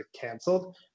canceled